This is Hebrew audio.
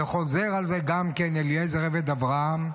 וחוזר על זה גם אליעזר עבד אברהם?